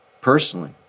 personally